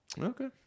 Okay